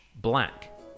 Black